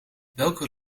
welke